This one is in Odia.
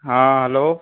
ହଁ ହ୍ୟାଲୋ